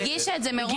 היא הגישה את זה ב-2022.